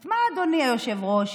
את מה, אדוני היושב-ראש,